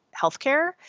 healthcare